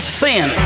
sin